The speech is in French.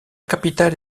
capitale